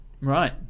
Right